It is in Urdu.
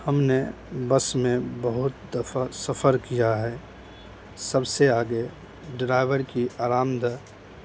ہم نے بس میں بہت سفر کیا ہے سب سے آگے ڈرائیور کی آرام دہ